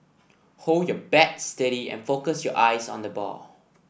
hold your bat steady and focus your eyes on the ball